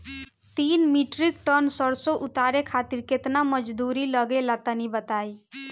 तीन metric tonne सरसो उतारे खातिर केतना मजदूरी लगे ला तनि बताई?